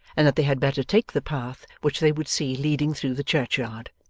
and that they had better take the path which they would see leading through the churchyard.